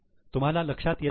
तुम्हाला लक्षात येताय ना